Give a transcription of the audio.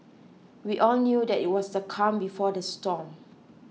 we all knew that it was the calm before the storm